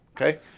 Okay